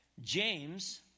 James